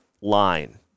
line